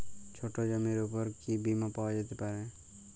ছোট জমির উপর কি বীমা পাওয়া যেতে পারে?